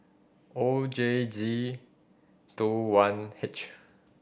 O J G Two one H